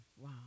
Wow